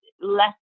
less